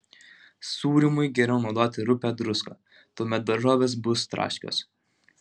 sūrymui geriau naudoti rupią druską tuomet daržovės bus traškios